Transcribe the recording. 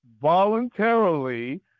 voluntarily